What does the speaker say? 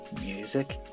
music